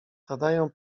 zadaję